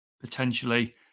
potentially